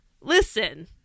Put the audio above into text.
listen